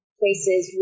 places